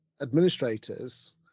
administrators